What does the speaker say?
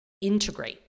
integrate